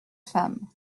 femme